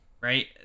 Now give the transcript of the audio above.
right